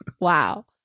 wow